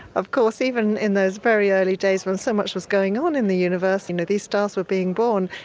of course even in those very early days when so much was going on in the universe and you know these stars were being born,